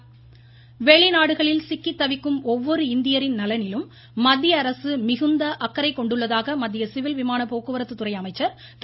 ஹர்திப்சிங் பூரி வெளிநாடுகளில் சிக்கி தவிக்கும் ஒவ்வொரு இந்தியரின் நலனிலும் மத்திய அரசு மிகுந்த அக்கறை கொண்டுள்ளதாக மத்திய சிவில் விமான போக்குவரத்துத்துறை அமைச்சர் திரு